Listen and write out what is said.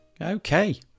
Okay